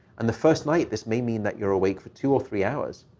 and the first night this may mean that you're awake for two or three hours.